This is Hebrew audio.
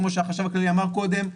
כמו שהחשב הכללי אמר קודם,